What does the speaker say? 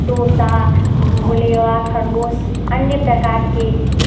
तोता भोले बाबा खरगोश अन्य प्रकारकेँ